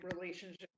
relationship